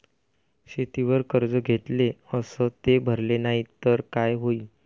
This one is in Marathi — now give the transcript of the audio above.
शेतीवर कर्ज घेतले अस ते भरले नाही तर काय होईन?